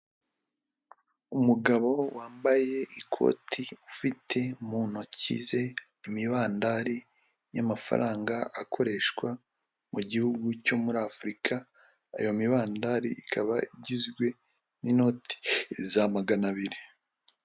Umugabo wambaye ikoti ufite mu ntoki ze imibandari y'amafaranga akoreshwa mu gihugu cyo muri Afurika, iyo mibandari ikaba igizwe n'inoti za magana abiri.